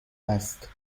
است